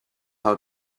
how